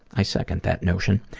i second that notion.